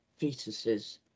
fetuses